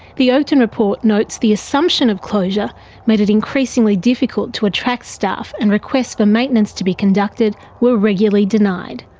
the oakden report notes the assumption of closure made it increasingly difficult to attract staff, and requests for maintenance to be conducted were regularly denied.